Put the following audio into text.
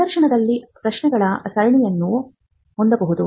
ಸಂದರ್ಶನದಲ್ಲಿ ಪ್ರಶ್ನೆಗಳ ಸರಣಿಯನ್ನು ಹೊಂದಬಹುದು